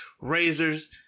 Razors